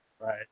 Right